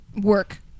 work